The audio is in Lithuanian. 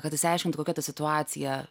kad išsiaiškintų kokia ta situacija